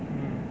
mm